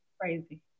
Crazy